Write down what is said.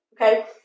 Okay